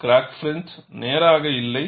crack front நேராக இல்லை